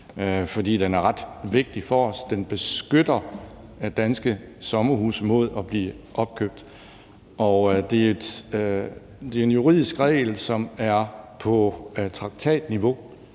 for den er ret vigtig for os. Den beskytter danske sommerhuse mod at blive opkøbt. Det er en juridisk regel, som er på traktatniveau.